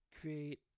create